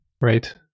Right